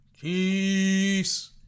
Peace